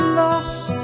lost